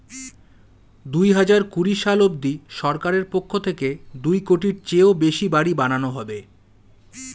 দুহাজার কুড়ি সাল অবধি সরকারের পক্ষ থেকে দুই কোটির চেয়েও বেশি বাড়ি বানানো হবে